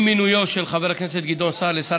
עם מינויו של חבר הכנסת גדעון סער לשר